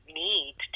need